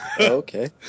Okay